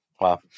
Wow